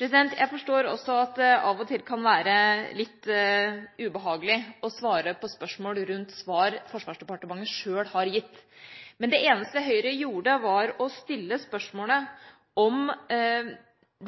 Jeg forstår også at det av og til kan være litt ubehagelig å svare på spørsmål rundt svar Forsvarsdepartementet sjøl har gitt. Det eneste Høyre gjorde var å stille spørsmål om